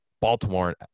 Baltimore